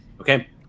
Okay